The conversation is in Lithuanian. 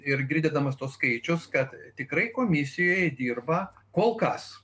ir girdydamas tuos skaičius kad tikrai komisijoje dirba kol kas